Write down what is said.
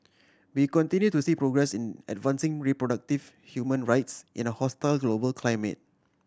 we continue to see progress in advancing reproductive human rights in a hostile global climate